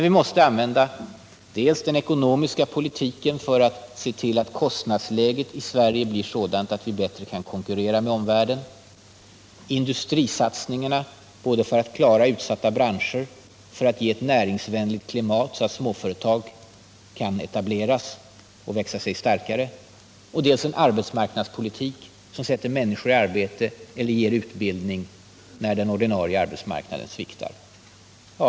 Vi måste använda dels den ekonomiska politiken för att se till att kostnadsläget i Sverige blir sådant att vi bättre kan konkurrera med omvärlden och att industrisatsningarna ökas både för att klara utsatta branscher och för att skapa ett näringsvänligt klimat, så att småföretag kan etableras och växa sig kraftiga, dels en arbetsmarknadspolitik som sätter människor i arbete eller ger utbildning när den ordinarie arbetsmarknaden sviktar.